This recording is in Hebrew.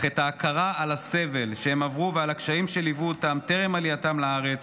אך את ההכרה על הסבל שהם עברו ועל הקשיים שליוו אותם טרם עלייתם לארץ,